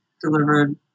delivered